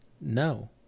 no